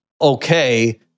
okay